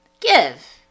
Give